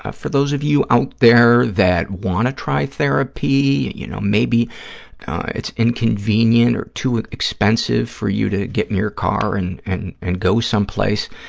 ah for those of you out there that want to try therapy, you know, maybe it's inconvenient or too expensive for you to get in your car and and and go someplace,